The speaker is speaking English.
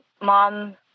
mom